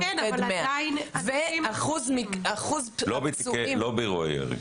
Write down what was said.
100. ואחוז הפצועים --- לא באירועי ירי.